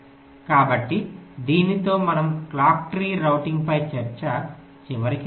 కాబట్టి దీనితో మనము క్లాక్ ట్రీ రౌటింగ్ పై చర్చ చివరికి వచ్చాము